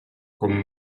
con